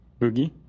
Boogie